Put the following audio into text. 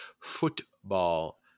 football